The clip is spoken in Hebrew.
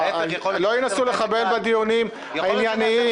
לא ינסו לחבל בדיונים הענייניים.